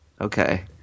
Okay